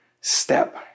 step